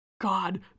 god